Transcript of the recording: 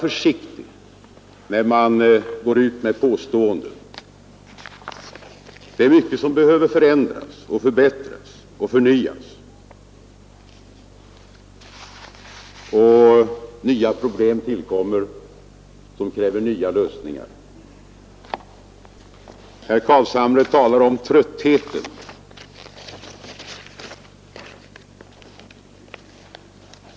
Det är mycket som behöver förändras, förbättras och förnyas. Nya problem tillkommer, som kräver nya lösningar. Herr Carlshamre talar om tröttheten.